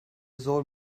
zor